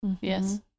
Yes